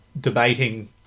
debating